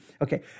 Okay